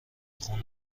خون